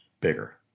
bigger